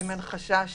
האם אין חשש